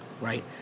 right